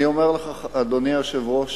אני אומר לך, אדוני היושב-ראש,